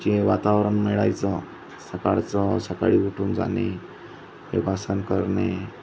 जे वातावरण मिळायचं सकाळचं सकाळी उठून जाणे योगासन करणे